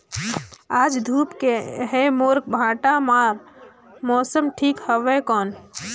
आज धूप हे मोर भांटा बार मौसम ठीक हवय कौन?